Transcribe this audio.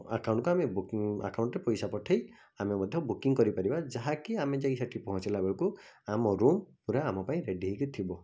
ଆକାଉଣ୍ଟ୍କୁ ଆମେ ବୁକିଂ ଆକାଉଣ୍ଟ୍ରେ ପଇସା ପଠେଇ ଆମେ ମଧ୍ୟ ବୁକିଂ କରିପାରିବା ଯାହାକି ଆମେ ଯାଇକି ସେଇଠି ପହଞ୍ଚିଲା ବେଳକୁ ଆମ ରୁମ୍ ପୁରା ଆମ ପାଇଁ ରେଡ଼ି ହୋଇକି ଥିବ